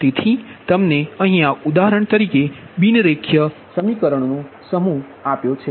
તેથી તમને અહીયા ઉદાહરણ તરીકે બિન રેખીય સમીકરણોનો સમૂહ આપ્યો છે